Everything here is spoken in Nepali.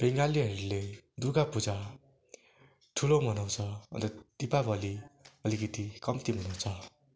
बङ्गालीहरूले दुर्गापूजा ठुलो मनाउँछ अन्त दीपावली अलिकति कम्ती मनाउँछ